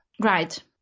Right